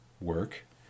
work